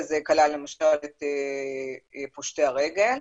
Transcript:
וזה כלל למשל את פושטי הרגל.